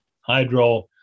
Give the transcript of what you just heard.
Hydro